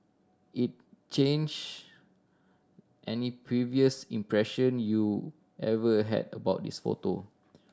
it change any previous impression you ever had about this photo